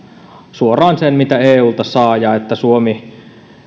suoraan sen mitä eulta saa ja että suomi